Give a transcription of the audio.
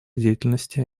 деятельности